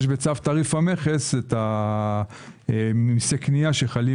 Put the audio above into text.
יש בצו תעריף המכס מיסי קנייה שחלים